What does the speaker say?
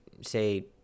say